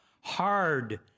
hard